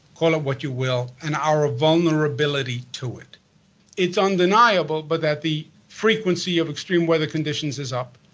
call it what you will, and our vulnerability to it it's undeniable, but that the frequency of extreme weather conditions is up.